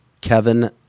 kevin